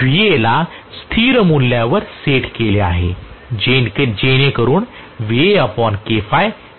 मी Va ला स्थिर मूल्य वर सेट केले आहे जेणेकरून दगडात सेट केले जाईल